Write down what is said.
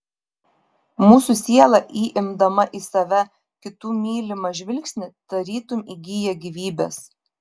mūsų siela įimdama į save kitų mylimą žvilgsnį tarytum įgyja gyvybės